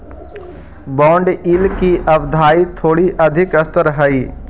bond yield की अवधारणा थोड़ी अधिक स्तर हई